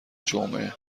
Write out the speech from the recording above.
جمعه